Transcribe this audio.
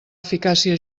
eficàcia